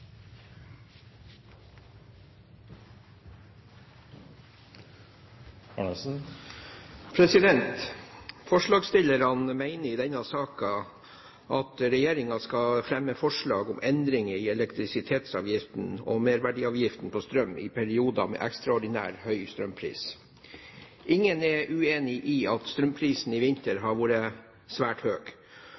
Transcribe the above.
Forslagsstillerne mener i denne saken at regjeringen skal fremme forslag om endringer i elektrisitetsavgiften og merverdiavgiften på strøm i perioder med ekstraordinært høy strømpris. Ingen er uenig i at strømprisene i vinter har vært svært